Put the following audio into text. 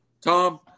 Tom